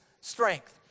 strength